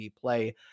play